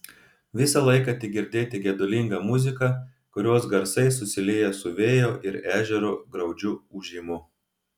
visą laiką tik girdėti gedulinga muzika kurios garsai susilieja su vėjo ir ežero graudžiu ūžimu